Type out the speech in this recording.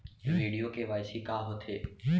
video KYC का होथे